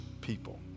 people